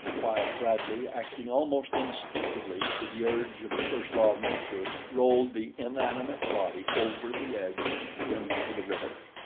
while bradley, acting almost instinctively to the urge of the first law of nature, rolled the inanimate body over the edge into the river.